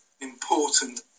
important